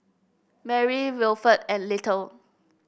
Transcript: Merri Wilfred and Little